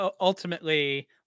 ultimately